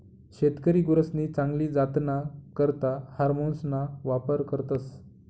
शेतकरी गुरसनी चांगली जातना करता हार्मोन्सना वापर करतस